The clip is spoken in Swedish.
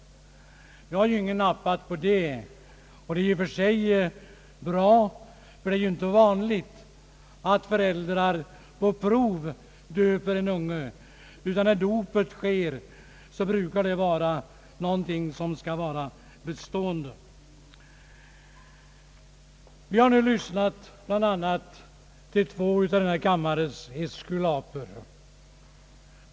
Ingen har nappat på det förslaget, och det är i och för sig bra, ty det är ju inte vanligt att föräldrar döper ett barn på prov — när dopet sker brukar namnet vara någonting som skall vara bestående. Vi har nyss lyssnat till bl.a. denna kammares två eskulaper.